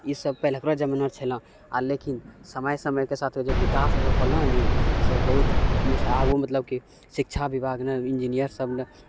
ई सब पहिलका जमाना रऽ छलओ आ लेकिन समय समयके साथ जब विकास ओकर होलो नी तऽ सब बहुत जैसे आब ओ मतलब कि शिक्षा विभाग ने इंजीनियर सब ने